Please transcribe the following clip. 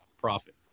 profit